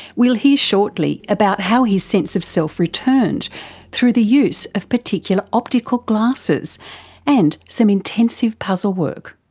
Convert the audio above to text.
we'll hear shortly about how his sense of self returned through the use of particular optical glasses and some intensive puzzle work.